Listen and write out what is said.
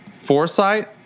foresight